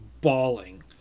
bawling